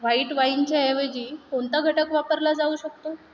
white वाईनच्या ऐवजी कोणता घटक वापरला जाऊ शकतो